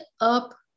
up